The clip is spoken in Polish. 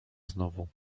znowu